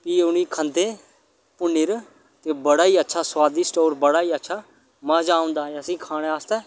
भी उ'नें गी खंदे भुन्नी'र ते बड़ा ई अच्छा सोआदिष्ट होर बड़ा ई अच्छा मजा औंदा असें गी खाने आस्तै